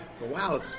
wow